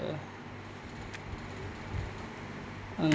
uh um